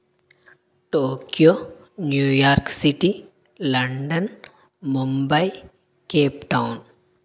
Tokyo New York City London Mumbai Cape Town